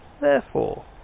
Therefore